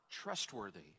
trustworthy